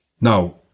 Now